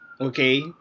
Okay